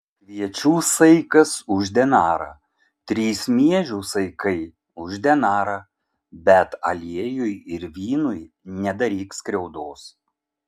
kviečių saikas už denarą trys miežių saikai už denarą bet aliejui ir vynui nedaryk skriaudos